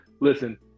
Listen